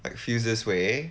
like feel this way